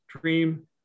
dream